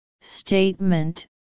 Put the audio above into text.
statement